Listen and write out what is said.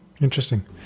interesting